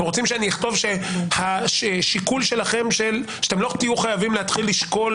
אתם רוצים שאני אכתוב שאתם לא תהיו חייבים להתחיל לשקול